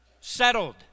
settled